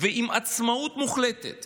ועם עצמאות מוחלטת